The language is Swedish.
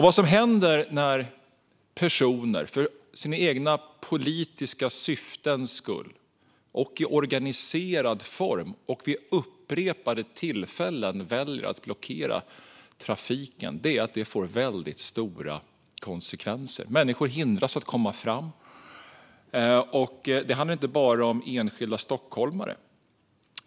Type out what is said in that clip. Vad som händer när personer för sina egna politiska syftens skull, i organiserad form och vid upprepade tillfällen väljer att blockera trafiken är att det får väldigt stora konsekvenser. Människor hindras att komma fram. Det handlar inte bara om enskilda stockholmare.